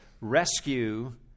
rescue